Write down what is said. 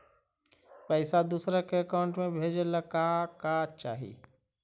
पैसा दूसरा के अकाउंट में भेजे ला का का चाही?